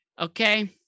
Okay